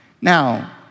Now